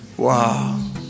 Wow